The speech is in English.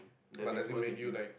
but doesn't make you like